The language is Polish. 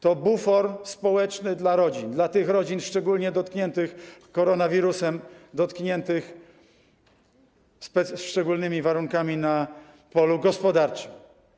To bufor społeczny dla rodzin, dla tych rodzin szczególnie dotkniętych koronawirusem, dotkniętych szczególnymi warunkami na polu gospodarczym.